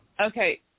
Okay